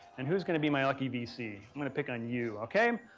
and who's going to be my lucky vc? i'm going to pick on you. okay?